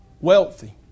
wealthy